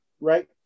right